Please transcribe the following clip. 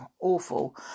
awful